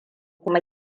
kuma